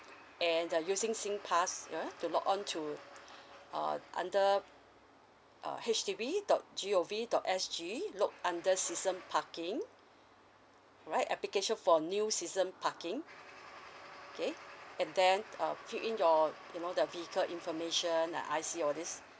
and uh using singpass ya to logon to uh under uh H D B dot G O V dot S G look under season parking right application for new season parking okay and then uh fill in your you know the vehicle information the I_C all this